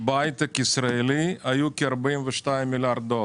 בהייטק הישראלי היו כ-42 מיליארד דולר.